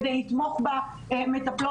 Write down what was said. כדי לתמוך במטפלות.